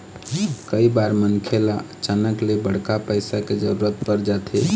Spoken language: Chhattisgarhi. कइ बार मनखे ल अचानक ले बड़का पइसा के जरूरत पर जाथे